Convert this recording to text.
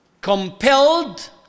compelled